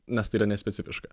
nes tai yra nespecifiška